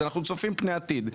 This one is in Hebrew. אז אנחנו צופים פני עתיד.